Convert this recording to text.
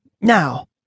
Now